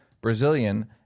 Brazilian